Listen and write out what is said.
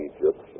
Egypt